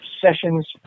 sessions